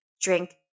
drink